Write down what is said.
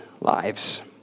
lives